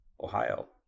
Ohio